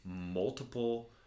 multiple